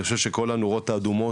אני חושב שכל הנורות האדומות,